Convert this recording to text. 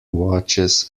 watches